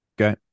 Okay